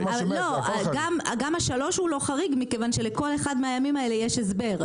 גם השלוש הוא לא חריג מכיוון שלכל אחד מהימים האלה יש הסבר.